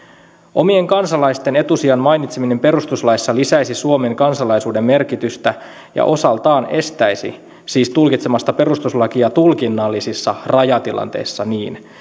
omien kansalaisten etusijan mainitseminen perustuslaissa lisäisi suomen kansalaisuuden merkitystä ja osaltaan estäisi siis tulkitsemasta perustuslakia tulkinnallisissa rajatilanteissa niin